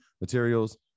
materials